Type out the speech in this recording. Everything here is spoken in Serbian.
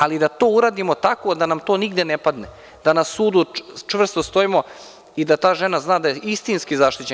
Ali, to treba da uradimo tako, da nam to nigde ne padne, da na sudu čvrsto stojimo i da ta žena zna da je istinski zaštićena.